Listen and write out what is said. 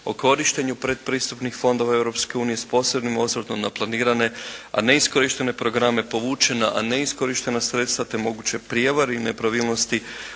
o korištenju pretpristupnih fondova Europske unije s posebnim osvrtom na planirane, a neiskorištene programe povučena, a neiskorištena sredstva te mogućoj prijevari i nepravilnosti